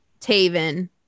Taven